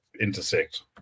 intersect